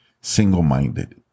single-minded